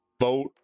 Vote